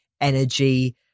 energy